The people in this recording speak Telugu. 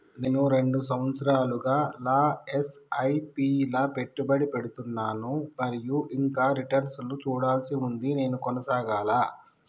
నేను రెండు సంవత్సరాలుగా ల ఎస్.ఐ.పి లా పెట్టుబడి పెడుతున్నాను మరియు ఇంకా రిటర్న్ లు చూడాల్సి ఉంది నేను కొనసాగాలా?